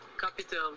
capital